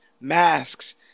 masks